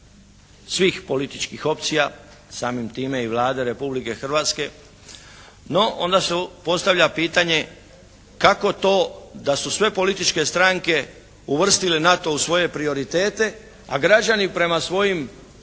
svih političkih opcija, samim time i Vlade Republike Hrvatske. No onda se postavlja pitanje kako to da su sve političke stranke uvrstile NATO u svoje prioritete, a građani prema svojim